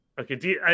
Okay